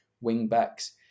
wing-backs